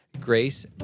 grace